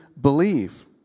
believe